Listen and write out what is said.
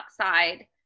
outside